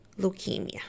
leukemia